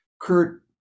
kurt